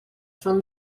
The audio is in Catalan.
són